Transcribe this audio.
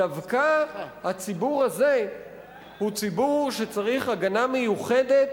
דווקא הציבור הזה הוא ציבור שצריך הגנה מיוחדת